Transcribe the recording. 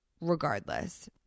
regardless